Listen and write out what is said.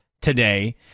today